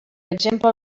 exemple